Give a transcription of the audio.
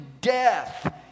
death